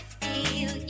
feel